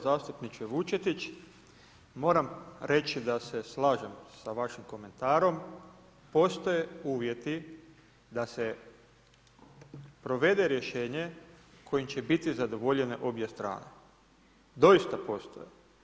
Zastupniče Vučetić, moram reći da se slažem sa vašim komentarom, postoje uvjeti da se provede rješenje kojim će biti zadovoljene obje strane, doista postoje.